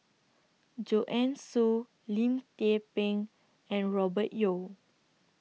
Joanne Soo Lim Tze Peng and Robert Yeo